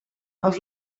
els